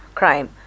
crime